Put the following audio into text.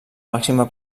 màxima